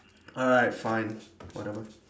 alright fine whatever